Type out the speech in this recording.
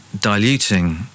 diluting